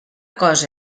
cosa